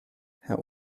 herr